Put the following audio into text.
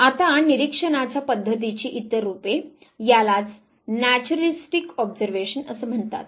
आता निरीक्षणाच्या पद्धतीची इतर रूपे यालाच नॅचरॅलिस्टिक ऑब्झर्वेशन असे म्हणतात